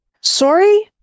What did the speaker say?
Sorry